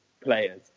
Players